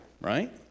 right